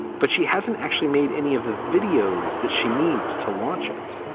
but she hasn't actually made any of the videos that she needs to launch it.